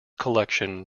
collection